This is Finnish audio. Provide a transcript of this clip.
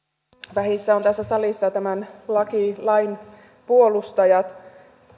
vähissä ovat tässä salissa tämän lain puolustajat